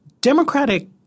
democratic